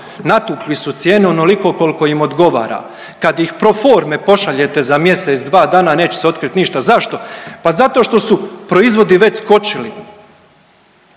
natukli su cijene onoliko koliko im odgovara. Kad ih pro forme pošaljete za mjesec, dva dana, neće se otkriti ništa. Zašto? Pa zato što su proizvodi već skočili.